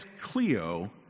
Cleo